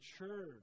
mature